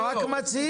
אתה רק מצהיר.